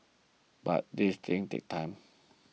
but these things take time